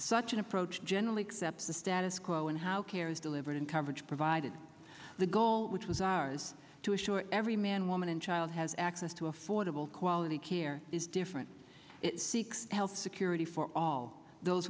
such an approach generally accept the status quo and how care is delivered in coverage provided the goal which was ours to assure every man woman and while has access to affordable quality care is different it seeks health security for all those